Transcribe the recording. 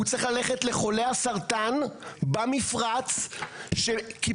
הוא צריך ללכת לחולי הסרטן במפרץ שקיפחו